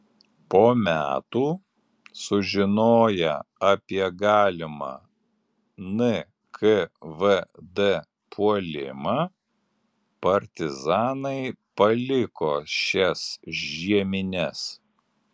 po metų sužinoję apie galimą nkvd puolimą partizanai paliko šias žiemines